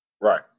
Right